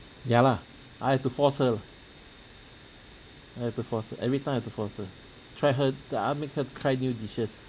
ya lah I have to force her lah I have to force her every time I've to force her try her I want to make her try new dishes